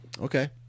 okay